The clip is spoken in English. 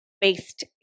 based